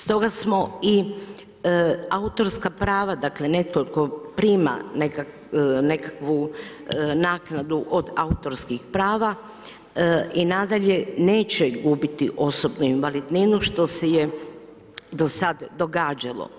Stoga smo i autorska prava, dakle, netko tko prima nekakvu naknadu od autorskih prava i nadalje, neće gubiti osobnu invalidninu, što se je do sad događalo.